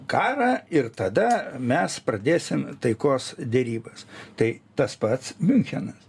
karą ir tada mes pradėsim taikos derybas tai tas pats miunchenas